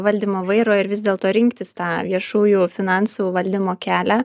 valdymo vairo ir vis dėl to rinktis tą viešųjų finansų valdymo kelią